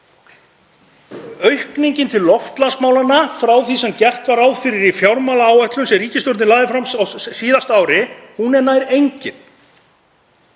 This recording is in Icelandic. Aukning til loftslagsmálanna frá því sem gert var ráð fyrir í fjármálaáætlun sem ríkisstjórnin lagði fram á síðasta ári er nær engin.